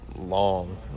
long